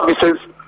services